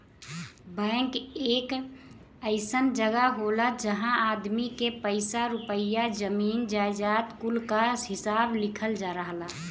bank एक अइसन जगह होला जहां आदमी के पइसा रुपइया, जमीन जायजाद कुल क हिसाब लिखल रहला